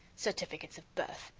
certificates of birth!